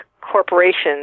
corporations